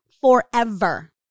forever